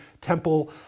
temple